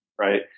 right